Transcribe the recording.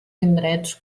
indrets